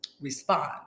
respond